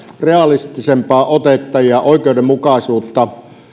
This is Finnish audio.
realistisempaa otetta ja oikeudenmukaisuutta